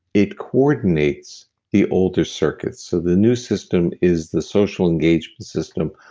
it coordinates the older circuits. so the new system is the social engagement system,